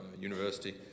university